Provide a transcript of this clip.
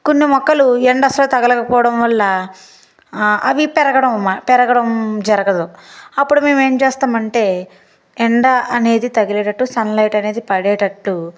కొన్ని మొక్కలు ఎండసల తగలేకపోవడం వల్ల అవి పెరగడం మ పెరగడం జరగదు అప్పుడు మేం ఏంచేస్తామంటే ఎండ అనేది తగిలేటట్టు సన్ లైట్ అనేది పడేటట్టు